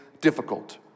difficult